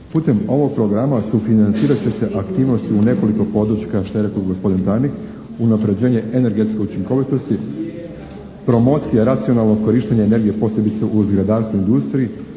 Putem ovog programa sufinancirat će se aktivnosti u nekoliko područja što je rekao gospodin tajnik, unapređenje energetske učinkovitosti, promocija racionalno korištenje energije posebice u … /Ne razumije se./ … industriji,